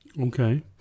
Okay